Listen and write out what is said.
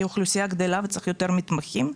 כי האוכלוסייה הגדלה וצריך יותר מתמחים.